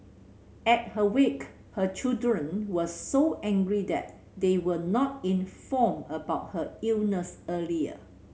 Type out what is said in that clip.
at her wake her children were so angry that they were not informed about her illness earlier